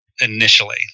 initially